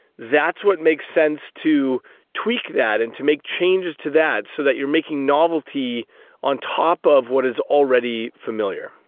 that's what makes sense to tweak that and to make changes to that so that you are making novelty on top of what is already familiar.